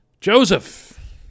Joseph